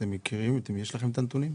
יש לכם את הנתונים?